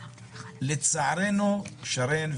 שרן,